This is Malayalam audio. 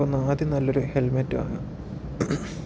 അപ്പോൾ ആദ്യം നല്ലൊരു ഹെൽമറ്റ് വാങ്ങുക